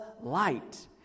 light